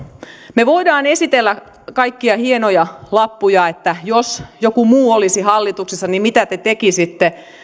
me voimme esitellä kaikkia hienoja lappuja että jos joku muu olisi hallituksessa niin mitä te tekisitte